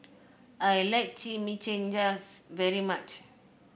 I like Chimichangas very much